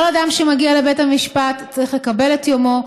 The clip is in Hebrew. כל אדם שמגיע לבית המשפט צריך לקבל את יומו,